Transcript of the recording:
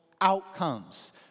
outcomes